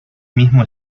mismo